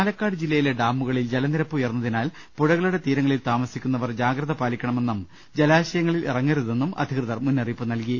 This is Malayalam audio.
പാലക്കാട് ജില്ലയിലെ ഡാമുകളിൽ ജലനിരപ്പ് ഉയർന്നതിനാൽ പുഴകളുടെ തീരങ്ങളിൽ താമസിക്കുന്നവർ ജാഗ്രത പാലിക്കണമെന്നും ജലാശയങ്ങളിൽ ഇറങ്ങരുതെന്നും അധികൃതർ മുന്നറിയിപ്പ് നൽകി